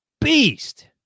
beast